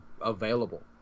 available